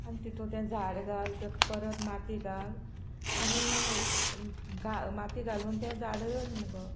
आनी तितूं तें झाड घाल ताका परत माती घाल आनी माती घालून तें झाड रोय मुगो